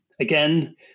Again